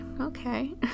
okay